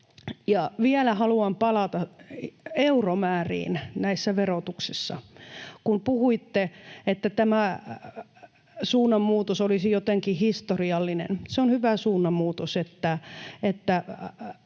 vielä haluan palata euromääriin näissä verotuksissa — kun puhuitte, että tämä suunnanmuutos olisi jotenkin historiallinen. Se on hyvä suunnanmuutos, että